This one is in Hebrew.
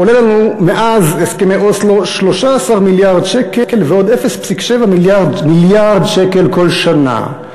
עולה לנו מאז הסכמי אוסלו 13 מיליארד שקל ועוד 0.7 מיליארד שקל כל שנה.